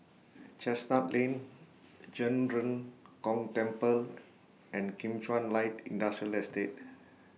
Chestnut Lane Zhen Ren Gong Temple and Kim Chuan Light Industrial Estate